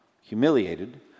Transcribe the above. humiliated